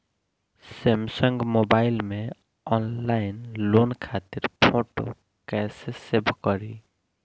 Samsung mobile में online loan खातिर photo कैसे सेभ करीं?